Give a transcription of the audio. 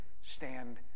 stand